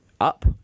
up